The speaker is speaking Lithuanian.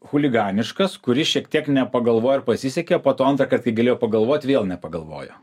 chuliganiškas kuris šiek tiek nepagalvojo ir pasisekė po to antrąkart kai ji galėjo pagalvot vėl nepagalvojo